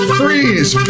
freeze